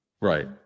Right